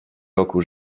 roku